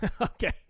Okay